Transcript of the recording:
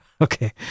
Okay